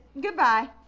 Goodbye